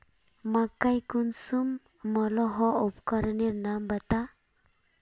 मकई कुंसम मलोहो उपकरनेर नाम बता?